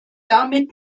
damit